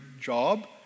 job